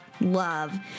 love